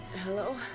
Hello